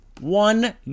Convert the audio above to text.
One